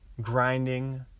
Grinding